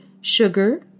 sugar